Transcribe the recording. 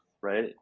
right